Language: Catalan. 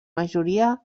majoria